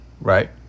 Right